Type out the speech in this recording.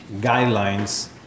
guidelines